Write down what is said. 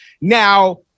Now